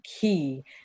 key